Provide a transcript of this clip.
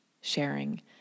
sharing